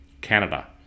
Canada